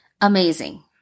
Amazing